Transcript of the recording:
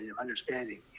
understanding